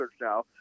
Now